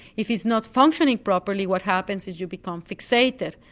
if it's not functioning properly what happens is you become fixated,